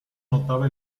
notaba